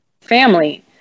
family